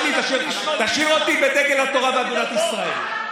תשאיר אותי בדגל התורה ואגודת ישראל.